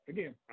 Again